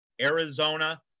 Arizona